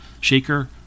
shaker